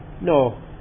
No